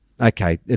Okay